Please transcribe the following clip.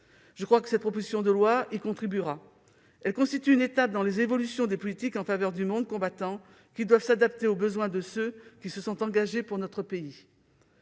Je crois que cette proposition de loi y contribuera. Elle constitue une étape dans les évolutions des politiques menées en faveur du monde combattant, lesquelles doivent s'adapter aux besoins de ceux qui se sont engagés pour notre pays.